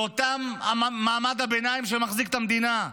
לאותו מעמד הביניים שמחזיק את המדינה,